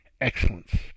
Excellence